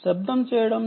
సమయం చూడండి 0554